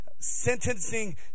sentencing